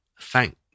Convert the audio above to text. thank